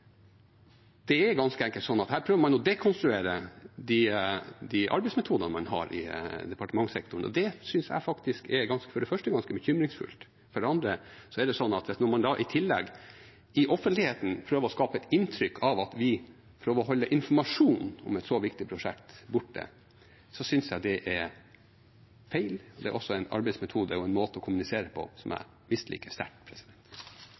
Det er ganske enkelt slik at man her prøver å dekonstruere de arbeidsmetodene man har i departementssektoren, og det synes jeg faktisk for det første er ganske bekymringsfullt. For det andre er det slik at når man i tillegg i offentligheten prøver å skape et inntrykk av at vi prøver å holde informasjon om et så viktig prosjekt borte, så synes jeg det er feil. Det er også en arbeidsmetode og en måte å kommunisere på som jeg misliker sterkt.